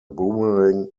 boomerang